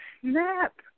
snap